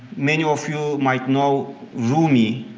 many of you might know rumi,